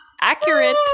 Accurate